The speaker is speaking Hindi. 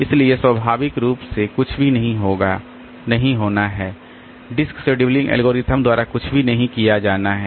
इसलिए स्वाभाविक रूप से कुछ भी नहीं होना है डिस्क शेड्यूलिंग एल्गोरिदम द्वारा कुछ भी नहीं किया जाना है